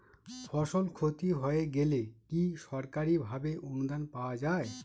ফসল ক্ষতি হয়ে গেলে কি সরকারি ভাবে অনুদান পাওয়া য়ায়?